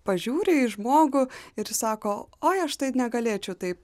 pažiūri į žmogų ir sako oi aš tai negalėčiau taip